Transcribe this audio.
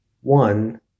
One